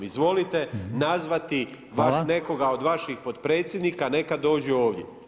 Izvolite nazvati nekoga od vaših potpredsjednika neka dođu ovdje.